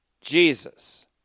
Jesus